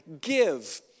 give